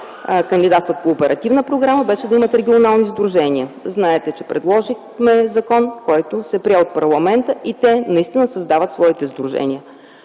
кандидатстват по оперативна програма, беше да имат регионални сдружения. Знаете, че предложихме законопроект, който се прие от парламента и те наистина създават своите сдружения.